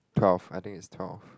twelve I think is twelve